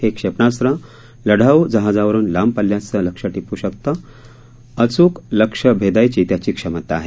हे क्षेपणास्त्र लढाऊ जहाजावरून लांबपल्ल्याचं लक्ष्य टिपू शकतं आण लक्ष्य अचूक भेदायची त्याची क्षमता आहे